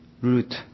root